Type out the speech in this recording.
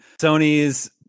Sony's